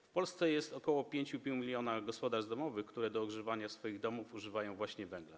W Polsce jest ok. 5,5 mln gospodarstw domowych, które do ogrzewania swoich domów używają właśnie węgla.